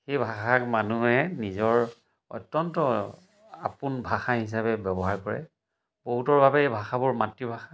সেই ভাষাক মানুহে নিজৰ অত্যন্ত আপোন ভাষা হিচাপে ব্যৱহাৰ কৰে বহুতৰ বাবে এই ভাষাবোৰ মাতৃভাষা